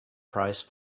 price